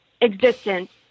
existence